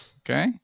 Okay